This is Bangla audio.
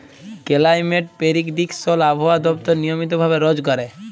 কেলাইমেট পেরিডিকশল আবহাওয়া দপ্তর নিয়মিত ভাবে রজ ক্যরে